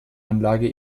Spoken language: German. anlage